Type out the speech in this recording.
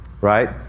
Right